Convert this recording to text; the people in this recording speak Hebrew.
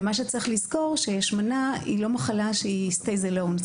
צריך לזכור שהשמנה היא לא מחלה שהיא stays alone,